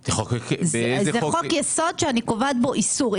זה חוק-יסוד שאני קובעת בו איסור.